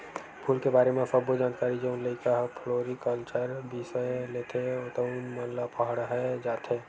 फूल के बारे म सब्बो जानकारी जउन लइका ह फ्लोरिकलचर बिसय लेथे तउन मन ल पड़हाय जाथे